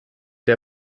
der